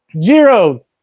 zero